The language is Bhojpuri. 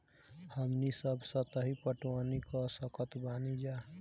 हमनी सब सतही पटवनी क सकतऽ बानी जा